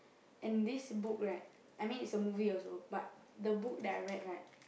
and this book right I mean it's a movie also but the book that I read right